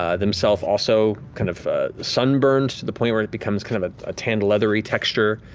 ah themself also kind of sunburned to the point where it becomes kind of a tanned leathery texture,